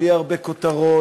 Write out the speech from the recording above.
בלי הרבה כותרות,